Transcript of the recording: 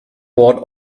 bought